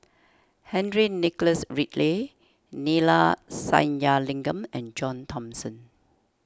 Henry Nicholas Ridley Neila Sathyalingam and John Thomson